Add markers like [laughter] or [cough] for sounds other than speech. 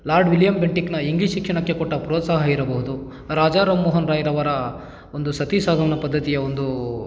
lord William ಬೆಂಟಿಕ್ನ [unintelligible] ಶಿಕ್ಷಣಕ್ಕೆ ಕೊಟ್ಟ ಪ್ರೋತ್ಸಾಹ ಇರಬಹುದು ರಾಜಾರಾಮ್ ಮೋಹನ್ ರಾಯ್ರವರ ಒಂದು ಸತಿ ಸಹಗಮನ ಪದ್ಧತಿಯ ಒಂದು